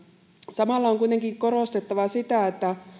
samalla on kuitenkin korostettava sitä että